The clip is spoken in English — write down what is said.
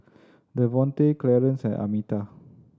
Davonte Clarence and Almeta